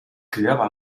cridava